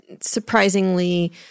surprisingly